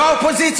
לא צריך,